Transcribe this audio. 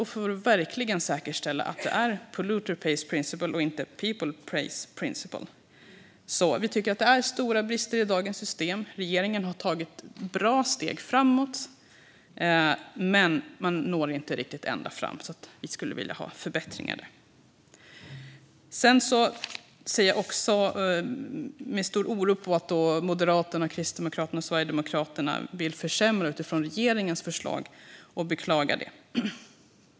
Det handlar om att verkligen säkerställa att det är fråga om polluter pays principle och inte people pay principle. Vi tycker att det finns stora brister i dagens system. Regeringen har tagit bra steg framåt, men man når inte riktigt ända fram. Vi skulle vilja ha förbättringar. Jag ser med stor oro på att Moderaterna, Kristdemokraterna och Sverigedemokraterna vill försämra utifrån regeringens förslag. Jag beklagar det.